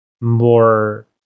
more